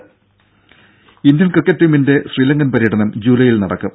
രംഭ Indian cricket ടീമിന്റെ ശ്രീലങ്കൻ പര്യടനം ജൂലൈയിൽ നടക്കും